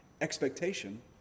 expectation